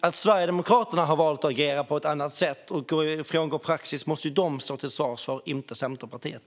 Att Sverigedemokraterna har valt att agera på ett annat sätt och frångå praxis måste ju de stå till svars för - inte Centerpartiet.